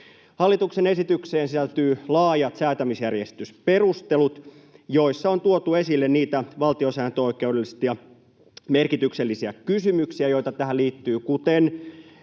Hallituksen esitykseen sisältyy laajat säätämisjärjestysperustelut, joissa on tuotu esille niitä valtiosääntöoikeudellisesti merkityksellisiä kysymyksiä, joita tähän liittyy, kuten